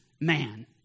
man